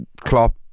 Klopp